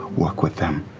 work with them,